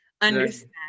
understand